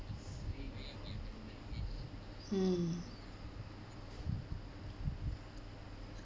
mm